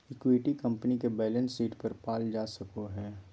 equity company के balance sheet पर पाल जा सको हइ